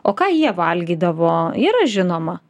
o ką jie valgydavo yra žinoma